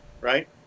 right